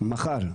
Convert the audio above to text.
מחר,